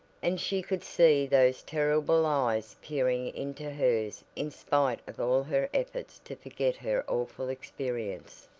and she could see those terrible eyes peering into hers in spite of all her efforts to forget her awful experience.